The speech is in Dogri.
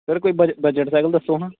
सर कोई बजट साईकिल दस्सो आं